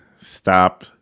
stop